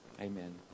Amen